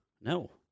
no